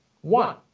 one